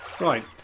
Right